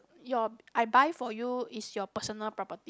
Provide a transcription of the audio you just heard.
your I buy for you is your personal property